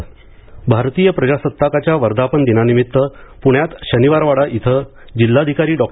शनिवारवाडा ध्वजारोहण भारतीय प्रजासत्ताकाच्या वर्धापन दिनानिमित्त प्ण्यात शनिवारवाडा इथं जिल्हाधिकारी डॉ